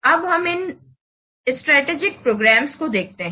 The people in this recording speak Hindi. अब हम इन स्ट्रेटेजिक प्रोग्राम्स को देखते हैं